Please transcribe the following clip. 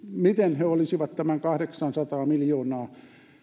miten he olisivat tämän kahdeksansataa miljoonaa